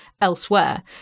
elsewhere